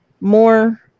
more